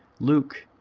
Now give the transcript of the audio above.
luke,